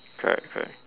correct correct